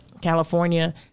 California